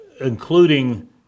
including